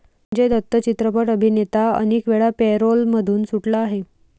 संजय दत्त चित्रपट अभिनेता अनेकवेळा पॅरोलमधून सुटला आहे